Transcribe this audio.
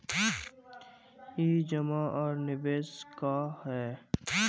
ई जमा आर निवेश का है?